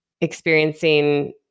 experiencing